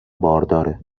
بارداره